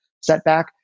setback